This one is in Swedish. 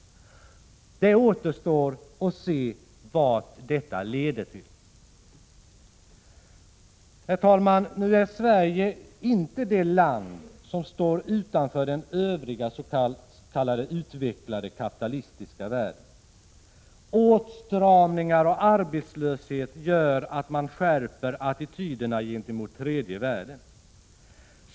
Det återstår att se vart detta leder. Herr talman! Nu är Sverige inte det land som står utanför den övriga s.k. utvecklade kapitalistiska världen. Åtstramningar och arbetslöshet gör att man skärper attityderna gentemot tredje världen.